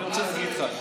אני רוצה להגיד לך,